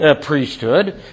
priesthood